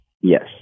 yes